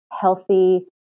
healthy